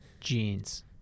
jeans